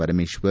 Parameshwar